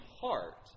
heart